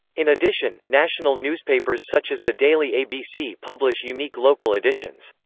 in addition, national newspapers such as the daily abc publish unique local editions.